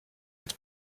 als